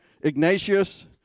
Ignatius